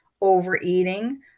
overeating